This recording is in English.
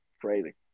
crazy